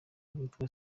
victory